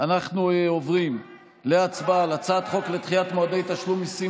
אנחנו עוברים להצבעה על הצעת חוק לדחיית מועדי תשלומי מיסים